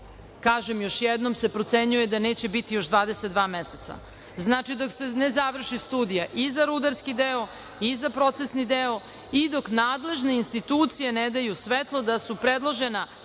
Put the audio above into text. kažem još jednom, se procenjuje da neće biti još 22 meseca. Znači, dok se ne završi studija i za rudarski deo i za procesni deo i dok nadležne institucije ne daju svetlo da su predložena